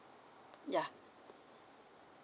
yeah